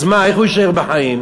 אז מה, איך הוא יישאר בחיים?